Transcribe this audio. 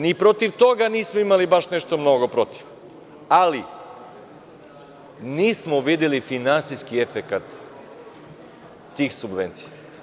Ni protiv toga nismo imali baš nešto mnogo protiv, ali nismo videli finansijski efekat tih subvencija.